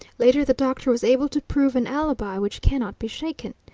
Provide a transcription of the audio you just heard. later the doctor was able to prove an alibi which cannot be shaken.